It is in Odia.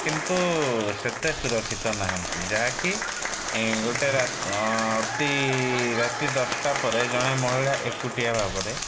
କିନ୍ତୁ ସେତେ ସୁରକ୍ଷିତ ନାହାଁନ୍ତି ଯାହା କି ଗୋଟେ ରା ତି ରାତି ଦଶଟା ପରେ ଜଣେ ମହିଳା ଏକୁଟିଆ ଭାବରେ